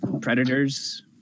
Predators